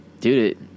dude